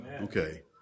Okay